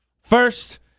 First